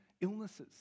illnesses